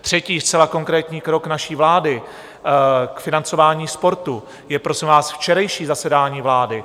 Třetí zcela konkrétní krok naší vlády k financování sportu je prosím vás včerejší zasedání vlády.